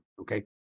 okay